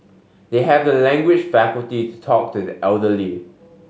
they have the language faculty to talk to the elderly